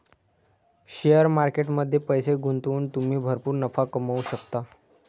share market मध्ये पैसे गुंतवून तुम्ही भरपूर नफा कमवू शकता